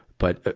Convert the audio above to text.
but,